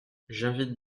j’invite